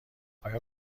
آیا